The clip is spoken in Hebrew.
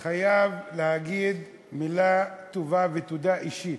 ואני חייב להגיד מילה טובה ותודה אישית: